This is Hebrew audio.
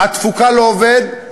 התפוקה לעובד,